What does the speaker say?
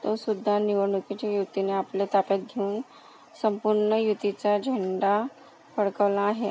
तोसुद्धा निवडणुकीची युतीने आपल्या ताब्यात घेऊन संपूर्ण युतीचा झेंडा फडकवला आहे